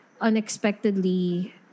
unexpectedly